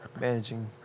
managing